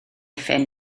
phen